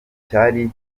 cyari